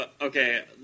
Okay